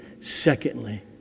Secondly